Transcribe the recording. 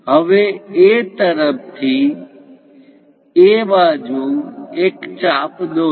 હવે A તરફથી એ બાજુ એક ચાપ દોરો